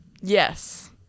yes